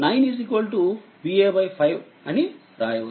కాబట్టి 9 Va5 అని రాయవచ్చు